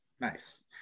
Nice